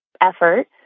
effort